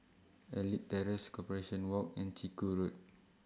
Elite Terrace Corporation Walk and Chiku Road